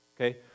okay